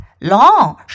Long